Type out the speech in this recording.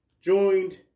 joined